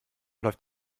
läuft